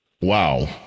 Wow